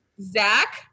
zach